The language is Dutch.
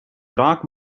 draak